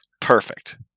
Perfect